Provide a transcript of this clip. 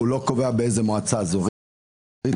כי הוא לא קובע באיזו מועצה אזורית יהיה,